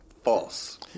False